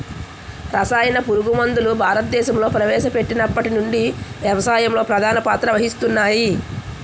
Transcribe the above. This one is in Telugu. రసాయన పురుగుమందులు భారతదేశంలో ప్రవేశపెట్టినప్పటి నుండి వ్యవసాయంలో ప్రధాన పాత్ర వహిస్తున్నాయి